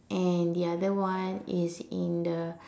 and the other one is in the